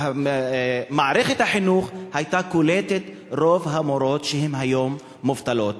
מערכת החינוך היתה קולטת את רוב המורות שהיום הן מובטלות.